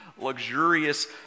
luxurious